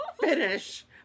finish